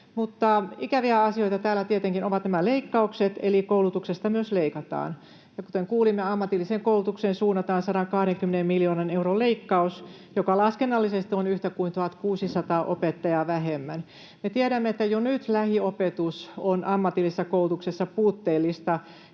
ikäviä asioita täällä tietenkin ovat nämä leikkaukset, eli koulutuksesta myös leikataan. Kuten kuulimme, ammatilliseen koulutukseen suunnataan 120 miljoonan euron leikkaus, joka laskennallisesti on yhtä kuin 1 600 opettajaa vähemmän. Me tiedämme, että jo nyt lähiopetus on ammatillisessa koulutuksessa puutteellista